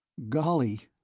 golly!